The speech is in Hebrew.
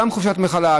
גם חופשת מחלה,